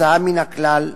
הוצאה מן הכלל,